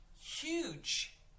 huge